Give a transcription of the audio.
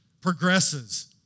progresses